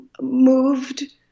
moved